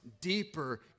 deeper